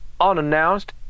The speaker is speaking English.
unannounced